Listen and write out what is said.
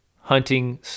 hunting